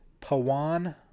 Pawan